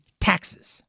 taxes